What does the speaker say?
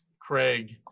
Craig